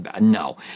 no